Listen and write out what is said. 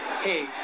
Hey